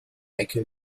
ecke